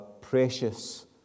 precious